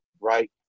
right